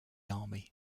army